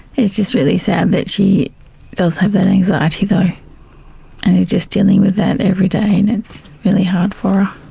it's just really sad that she does have that anxiety though and is just dealing with that every day, and it's really hard for